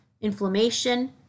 inflammation